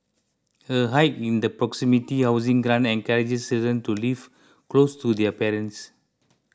a hike in the proximity housing grant encourages children to live close to their parents